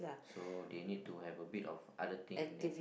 so they need to have a bit of other thing then